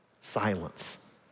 silence